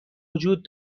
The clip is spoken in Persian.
وجود